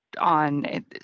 on